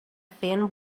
thin